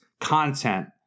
content